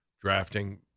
drafting